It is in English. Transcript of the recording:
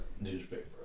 newspaper